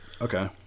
Okay